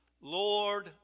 Lord